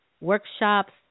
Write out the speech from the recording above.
workshops